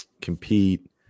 compete